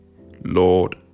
Lord